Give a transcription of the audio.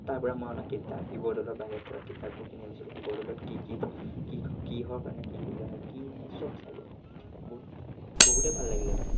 তাৰপৰা মই অনা কিতাপ শিৱদৌলৰ বাহিৰত থকা কিতাপবোৰ কিনি আনিছিলোঁ শিৱদৌলত কি কি কিহৰ কাৰণে কি পূজা হয় কি মানে সব চালোঁ বহুত বহুতে ভাল লাগিলে মানে